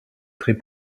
très